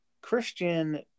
Christian